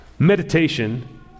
Meditation